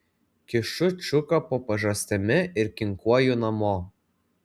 kišu čiuką po pažastimi ir kinkuoju namo